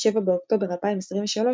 7 באוקטובר 2023,